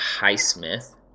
Highsmith